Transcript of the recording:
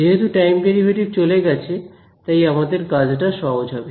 যেহেতু time derivative চলে গেছে তাই আমাদের কাজটা সহজ হবে